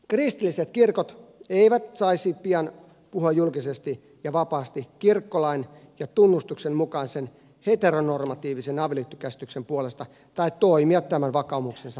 kristilliset kirkot eivät saisi pian puhua julkisesti ja vapaasti kirkkolain ja tunnustuksenmukaisen heteronormatiivisen avioliittokäsityksen puolesta tai toimia tämän vakaumuksensa mukaisesti